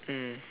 mm